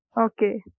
Okay